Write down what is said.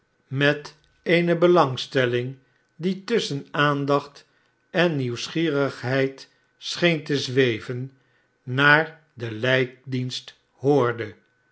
met eene belangstelling barnaby rudge die tusschen aandacht en nieuwsgierigheid scheen te zweven naar den lijkdienst hoorde